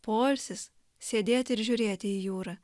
poilsis sėdėti ir žiūrėti į jūrą